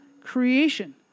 creation